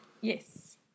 Yes